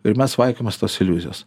ir mes vaikomės tos iliuzijos